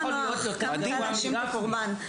זה האשמת הקורבן,